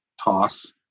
toss